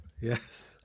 Yes